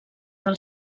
del